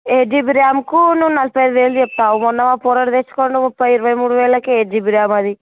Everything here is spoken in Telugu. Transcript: ఎయిట్ జిబి ర్యామ్కు నువ్వు నలభై ఐదు వేలు చెప్తావా మొన్న మా కుర్రోడు తెచ్చుకున్నాడు ముప్పై ఇరవై మూడు వేలకే ఎయిట్ జిబి ర్యామ్ అది